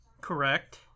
Correct